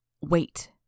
Wait